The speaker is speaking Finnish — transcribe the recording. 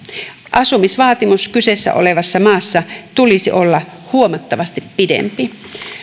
asumisvaatimuksen kyseessä olevassa maassa tulisi olla huomattavasti pidempi